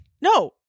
No